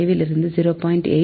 5 லிருந்து 0